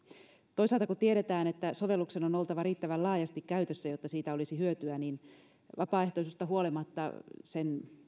toisaalta kun tiedetään että sovelluksen on oltava riittävän laajasti käytössä jotta siitä olisi hyötyä niin vapaaehtoisuudesta huolimatta sen